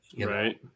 Right